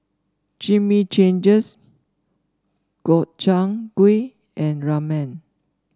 Chimichangas Gobchang Gui and Ramen